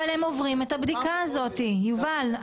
אבל הם עוברים את הבדיקה הזאת, יובל.